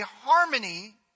harmony